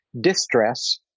distress